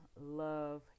love